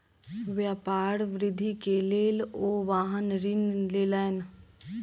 व्यापार वृद्धि के लेल ओ वाहन ऋण लेलैन